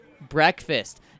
breakfast